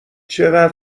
چقدر